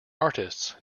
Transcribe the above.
artists